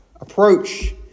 approach